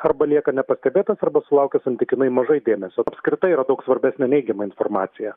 arba lieka nepastebėtas arba sulaukia santykinai mažai dėmesio apskritai yra daug svarbesnė neigiama informacija